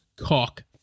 cock